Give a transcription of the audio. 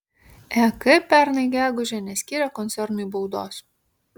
ek pernai gegužę neskyrė koncernui baudos